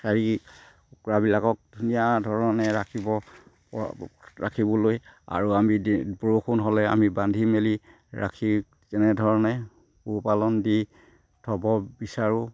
কুকুৰাবিলাকক ধুনীয়া ধৰণে ৰাখিব ৰাখিবলৈ আৰু আমি বৰষুণ হ'লে আমি বান্ধি মেলি ৰাখি তেনেধৰণে পোহপালন দি থ'ব বিচাৰোঁ